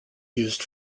used